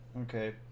Okay